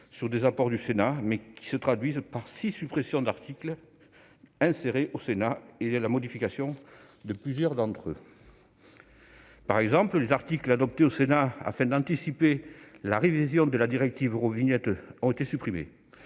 sur des apports du Sénat, qui se traduisent par la suppression de six articles insérés au Sénat et la modification de plusieurs autres. Par exemple, les articles adoptés au Sénat afin d'anticiper la révision de la directive Eurovignette ont été supprimés,